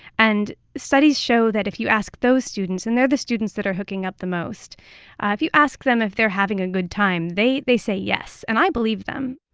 and studies show that if you ask those students and they're the students that are hooking up the most ah if you ask them if they're having a good time, they they say, yes. and i believe them.